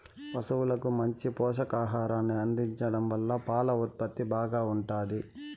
పసువులకు మంచి పోషకాహారాన్ని అందించడం వల్ల పాల ఉత్పత్తి బాగా ఉంటాది